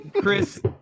Chris